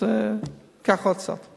אז זה ייקח עוד קצת.